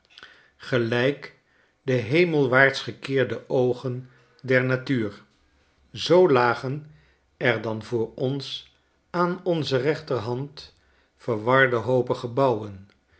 gelijk de hemelwaart's gekeerde oogen der natuur zoo lagen er dan voor ons aan onze reenterhand verwarde hoopen gebouwen